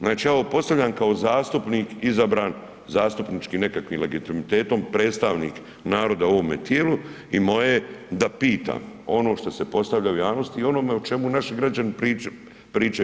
Znači ja ovo postavljam kao zastupnik izabran zastupničkim nekakvim legitimitetom, predstavnik naroda u ovome tijelu i moje je da pitam ono što se postavlja u javnosti i ono o čemu naši građani pričaju.